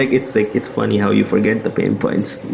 like it's like it's funny how you forget the pain points.